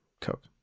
Coke